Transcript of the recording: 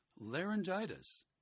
laryngitis